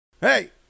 hey